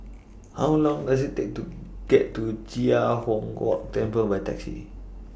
How Long Does IT Take to get to Huang Kok Temple By Taxi